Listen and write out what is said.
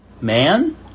man